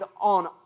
on